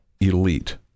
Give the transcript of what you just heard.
elite